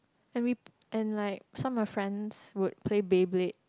and we and like some of my friends would play Beyblade